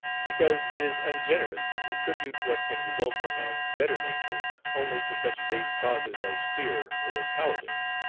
because it is ungenerous to attribute what can result from man's better nature only to such base causes as fear or cowardice.